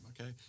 Okay